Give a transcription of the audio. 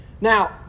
Now